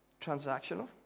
transactional